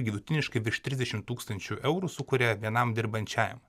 vidutiniškai virš trisdešimt tūkstančių eurų sukuria vienam dirbančiajam